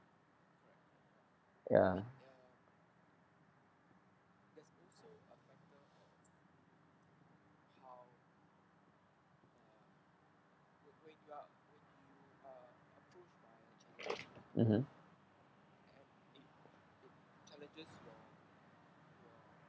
ya mmhmm